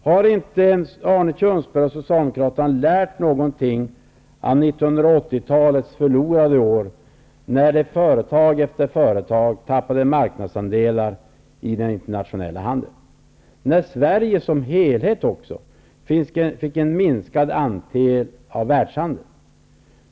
Har inte Arne Kjörnsberg och Socialdemokraterna lärt någonting av 1980-talets förlorade år, när företag efter företag tappade marknadsandelar i den internationella handeln, när Sverige som helhet också fick en minskad andel av världshandeln?